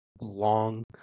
long